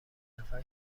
نفر